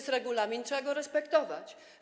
Jest regulamin, trzeba go respektować.